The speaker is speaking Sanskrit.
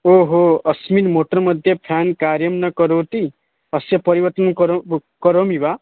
ओहो अस्मिन् मोटर् मध्ये फ़ेन् कार्यं न करोति अस्य परिवर्तनं करो करोमि वा